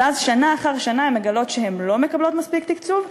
ואז שנה אחר שנה הן מגלות שהן לא מקבלות מספיק תקצוב,